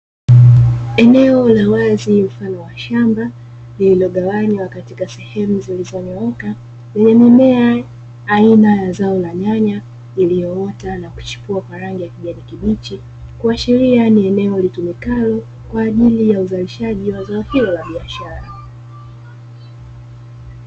Eneo la wazi mfano wa shamba lililogawanywa katika sehemu zilizonyooka zenye mimea aina ya zao la nyanya iliyoota na kuchipua kwa rangi ya kijani kibichi kuashiria ni eneo litumikalo kwa ajili ya uzalishaji wa zao hilo la biashara.